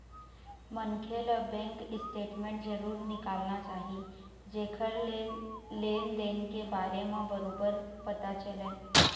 मनखे ल bank statement जरूर निकालना चाही जेखर ले लेन देन के बारे म बरोबर पता चलय